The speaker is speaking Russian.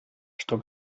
что